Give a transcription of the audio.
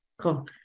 Cool